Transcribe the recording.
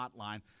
hotline